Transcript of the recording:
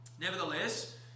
Nevertheless